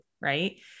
right